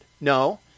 No